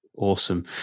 Awesome